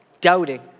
doubting